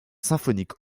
symphoniques